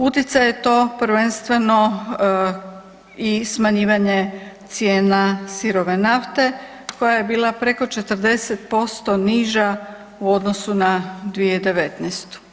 Utjecaj je to prvenstveno i smanjivanje cijena sirove nafte koja je bila preko 40% niža u odnosu na 2019.